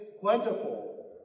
plentiful